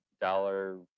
Dollar